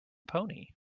pony